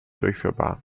durchführbar